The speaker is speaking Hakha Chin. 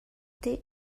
tih